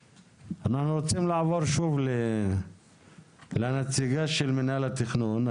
אנחנו רוצים לעבור שוב לנציגה של מינהל התכנון.